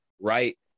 right